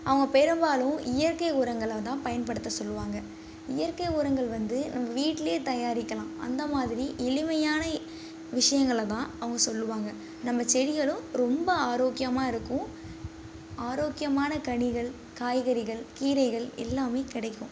அவங்க பெரும்பாலும் இயற்கை உரங்களை தான் பயன்படுத்த சொல்லுவாங்க இயற்கை உரங்கள் வந்து நம்ம வீட்லேயே தயாரிக்கலாம் அந்த மாதிரி எளிமையான விஷயங்கள தான் அவங்க சொல்லுவாங்க நம்ம செடிகளும் ரொம்ப ஆரோக்கியமாக இருக்கும் ஆரோக்கியமான கனிகள் காய்கறிகள் கீரைகள் எல்லாமே கிடைக்கும்